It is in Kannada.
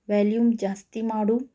ವ್ಯಾಲ್ಯೂಮ್ ಜಾಸ್ತಿ ಮಾಡು